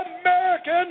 American